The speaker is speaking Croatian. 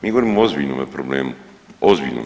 Mi govorimo o ozbiljnome problemu, ozbiljnome.